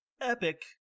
Epic